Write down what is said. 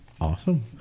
awesome